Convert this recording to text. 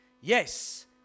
Yes